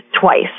twice